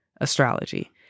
astrology